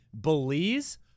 Belize